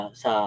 sa